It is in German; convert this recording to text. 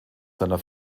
seiner